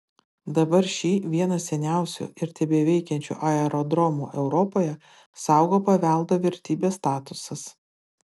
dabar šį vieną seniausių ir tebeveikiančių aerodromų europoje saugo paveldo vertybės statusas